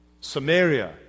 Samaria